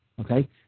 okay